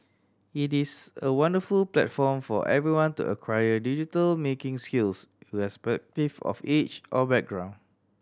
it is a wonderful platform for everyone to acquire digital making skills irrespective of age or background